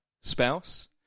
spouse